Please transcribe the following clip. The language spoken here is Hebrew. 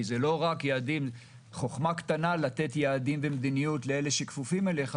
כי זו חכמה קטנה לתת יעדים ומדיניות לאלה שכפופים אליך.